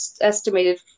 estimated